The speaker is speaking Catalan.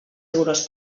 euros